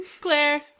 Claire